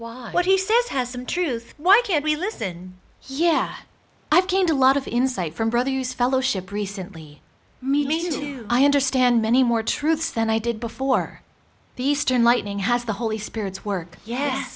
why what he says has some truth why can't we listen yeah i've gained a lot of insight from brothers fellowship recently meeting you i understand many more truths than i did before the eastern lightning has the holy spirit's work ye